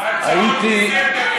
בהצעות לסדר-היום לפחות,